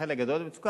חלק גדול ממצוקה,